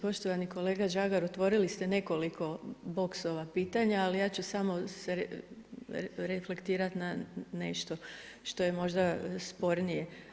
Poštovani kolega Žagar, otvorili ste nekoliko boksova pitanja ali ja ću se samo reflektirati na nešto što je možda spornije.